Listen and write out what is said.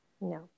No